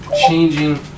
changing